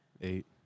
Eight